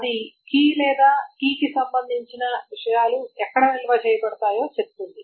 అది కీ లేదా కీకి సంబంధించిన విషయాలు ఎక్కడ నిల్వ చేయబడతాయో చెప్తుంది